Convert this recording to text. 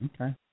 Okay